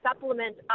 supplement